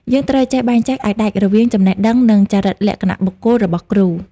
យើងត្រូវចេះបែងចែកឱ្យដាច់រវាង «ចំណេះដឹង» និង «ចរិតលក្ខណៈបុគ្គល» របស់គ្រូ។